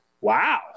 wow